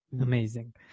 Amazing